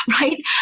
Right